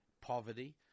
Poverty